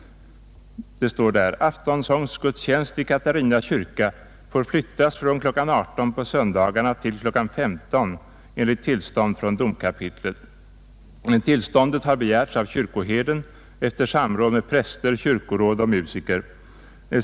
Det heter i artikeln ”Aftonsångsgudstjänst i Katarina kyrka får flyttas från kl. 18 på söndagarna till kl. 15 enligt tillstånd från domkapitlet. Tillståndet har begärts av kyrkoherden efter samråd med präster, kyrkoråd och musiker.